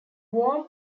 whom